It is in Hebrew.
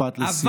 משפט לסיום.